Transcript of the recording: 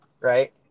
Right